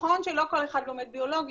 נכון שלא כל אחד לומד ביולוגיה,